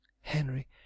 Henry